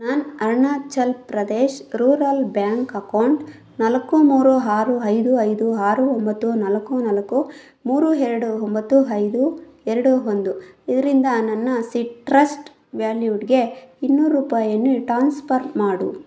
ನನ್ನ Arunachal Pradesh rural bank account ನಾಲ್ಕು ಮೂರು ಆರು ಐದು ಐದು ಆರು ಒಂಬತ್ತು ನಾಲ್ಕು ನಾಲ್ಕು ಮೂರು ಎರಡು ಒಂಬತ್ತು ಐದು ಎರಡು ಒಂದು ಇದರಿಂದ ನನ್ನ ಸಿಟ್ರಸ್ಟ್ ವ್ಯಾಲ್ಯೂಡ್ಗೆ ಇನ್ನೂರು ರೂಪಾಯಿಯನ್ನು ಟಾನ್ಸ್ಫರ್ ಮಾಡು